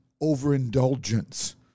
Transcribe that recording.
overindulgence